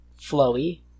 flowy